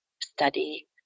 study